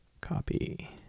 copy